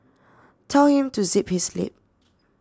tell him to zip his lip